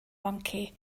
monkey